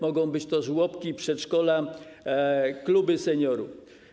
Mogą być to żłobki, przedszkola, kluby seniorów.